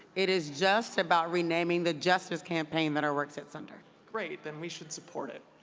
it is just about renaming the justice campaign that our work sets under. great. then we should support it.